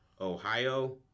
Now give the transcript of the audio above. Ohio